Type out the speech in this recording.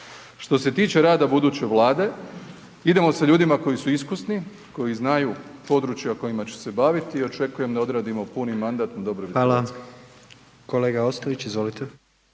Što se tiče rada buduće vlade idemo sa ljudima koji su iskusni, koji znaju područja kojima će se baviti i očekujem da odradimo puni mandat na dobrobit RH.